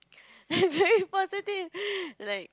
very positive like